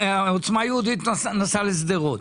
עוצמה יהודית נסעה לשדרות.